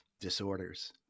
disorders